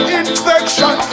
infection